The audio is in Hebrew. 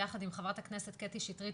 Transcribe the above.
ביחד עם חברת הכנסת קטי שטרית,